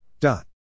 Dot